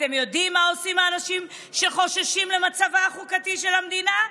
אתם יודעים מה עושים האנשים שחוששים למצב החוקתי של המדינה?